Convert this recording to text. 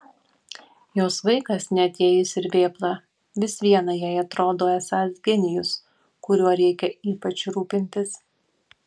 jos vaikas net jei jis ir vėpla vis viena jai atrodo esąs genijus kuriuo reikia ypač rūpintis